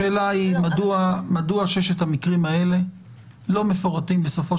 השאלה היא מדוע ששת המקרים האלה לא מפורטים בסופו